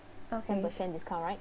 okay